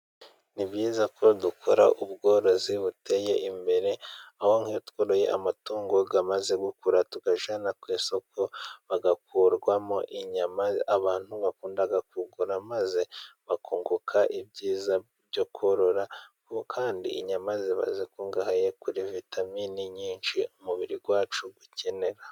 Ni byiza ko dukora ubworozi buteye imbere, aho nk'iyo tworoye amatungo amaze gukura tuyajyana ku isoko agakurwamo inyama abantu bakunda kugura, maze bakunguka ibyiza byo korora, kandi inyama ziba zikungahaye kuri vitaminini nyinshi umubiri wacu ubakenera.